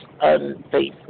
unfaithful